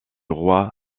roi